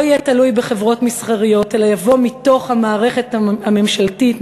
יהיה תלוי בחברות מסחריות אלא יבוא מתוך המערכת הממשלתית,